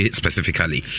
specifically